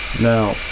Now